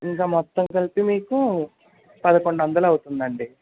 ఇంకా మొత్తం కలిపి మీకు పదకొండు వందలు అవుతుంది అండి